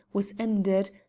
was ended,